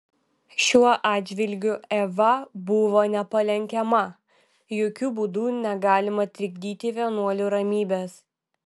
šiuo atžvilgiu eva buvo nepalenkiama jokiu būdu negalima trikdyti vienuolių ramybės